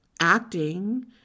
acting